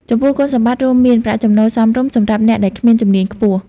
ចំពោះគុណសម្បត្តិរួមមាន ប្រាក់ចំណូលសមរម្យសម្រាប់អ្នកដែលគ្មានជំនាញខ្ពស់។